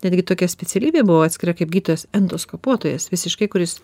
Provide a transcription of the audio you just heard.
netgi tokia specialybė buvo atskiria kaip gydytojas endoskopuotojas visiškai kuris